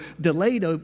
delayed